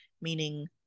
meaning